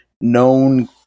known